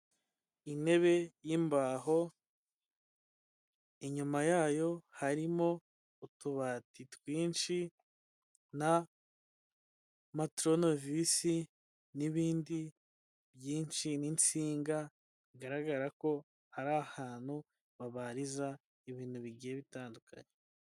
Intebe y'imbaho inyuma yayo harimo utubati twinshi na matoronovisi n'ibindi byinshi n'insinga, bigaragara ko hari ahantu babariza ibintu bigiye bitandukanye.